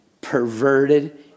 perverted